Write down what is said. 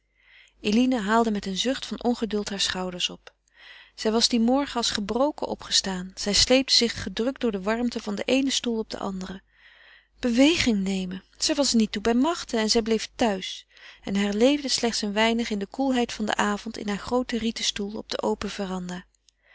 eline haalde met een zucht van ongeduld haar schouders op zij was dien morgen gebroken opgestaan zij sleepte zich gedrukt door de warmte van den eenen stoel op den anderen beweging nemen zij was er niet toe bij machte en zij bleef thuis en herleefde slechts een weinig in de koelheid van den avond in haar grooten rieten stoel op de open